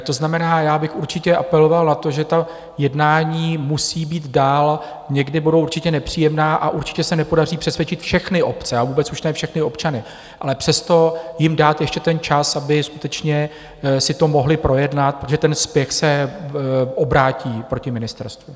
To znamená, já bych určitě apeloval na to, že ta jednání musí být dál, někdy budou určitě nepříjemná a určitě se nepodaří přesvědčit všechny obce, a vůbec už ne všechny občany, ale přesto jim dát ještě ten čas, aby skutečně si to mohli projednat, takže ten spěch se obrátí proti ministerstvu.